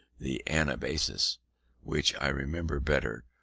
the anabasis, which i remember better,